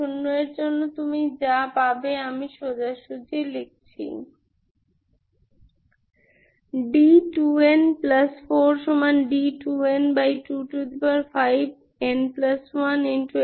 m2 এর জন্য তুমি যা পাবে আমি সোজাসুজি লিখছি d2n4d2n25n1n2 124nn1